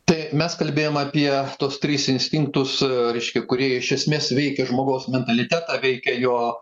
tai mes kalbėjom apie tuos trys instinktus reiškia kurie iš esmės veikia žmogaus mentalitetą veikia jo